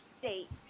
state